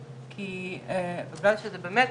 כפי שציינת,